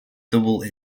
double